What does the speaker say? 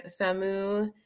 Samu